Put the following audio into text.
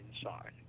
inside